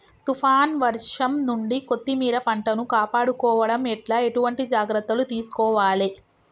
తుఫాన్ వర్షం నుండి కొత్తిమీర పంటను కాపాడుకోవడం ఎట్ల ఎటువంటి జాగ్రత్తలు తీసుకోవాలే?